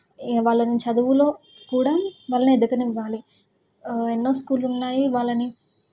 వాళ్ళని చదువులో కూడా వాళ్ళని ఎదగనివ్వాలి ఎన్నో స్కూళ్ళు ఉన్నాయి వాళ్ళని